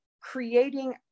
creating